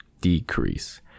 decrease